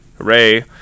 hooray